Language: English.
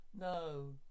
No